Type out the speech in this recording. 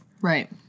Right